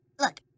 Look